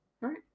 right